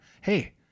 hey